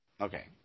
Okay